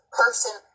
person